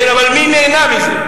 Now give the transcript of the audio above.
כן, אבל מי נהנה מזה?